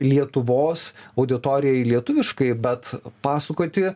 lietuvos auditorijai lietuviškai bet pasakoti